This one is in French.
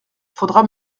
faudra